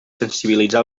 sensibilitzar